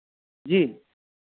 जी